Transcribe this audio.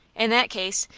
in that case,